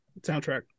soundtrack